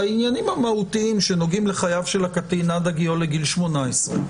והעניינים המהותיים שנוגעים לחייו של הקטין עד הגיעו לגיל 18,